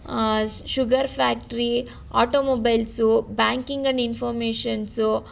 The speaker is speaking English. sugar factory automobiles banking and information's